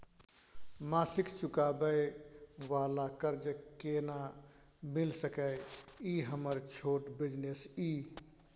मासिक चुकाबै वाला कर्ज केना मिल सकै इ हमर छोट बिजनेस इ?